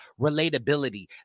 relatability